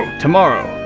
tomorrow!